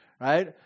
Right